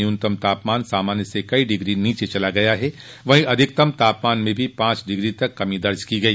न्यूनतम तापमान सामान्य से कई डिग्री नीचे चला गया है वहीं अधिकतम तापमान में भी पांच डिग्री तक कमी दर्ज की गई